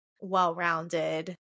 well-rounded